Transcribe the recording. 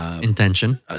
Intention